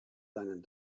seinen